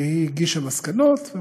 והיא הגישה מסקנות.